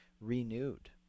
renewed